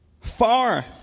far